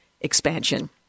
expansion